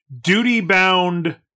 duty-bound